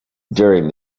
during